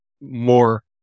more